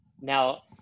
Now